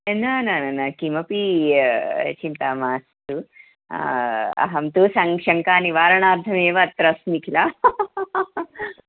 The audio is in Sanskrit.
न न न न किमपि चिन्ता मास्तु अहं तु संङ् शङ्कानिवारणार्थमेव अत्र अस्मि किल